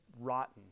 rotten